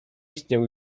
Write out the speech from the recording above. istniał